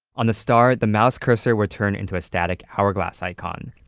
on the star, the mouse cursor were turned into a static hourglass icon.